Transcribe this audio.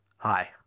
Hi